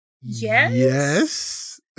Yes